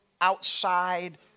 outside